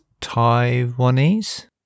Taiwanese